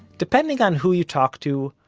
depending on who you talk to,